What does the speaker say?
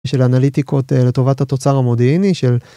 של אנליטיקות לטובת התוצר המודיעיני של